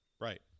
Right